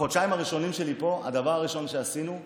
בחודשיים הראשונים שלי פה, הדבר הראשון שעשינו,